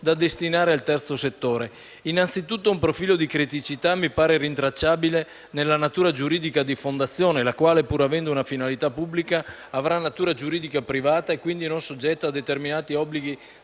da destinare al terzo settore. Innanzitutto, un profilo di criticità mi pare rintracciabile nella natura giuridica di fondazione, la quale, pur avendo una finalità pubblica, avrà natura giuridica privata e quindi non soggetta a determinati obblighi